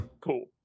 cool